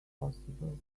possible